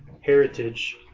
heritage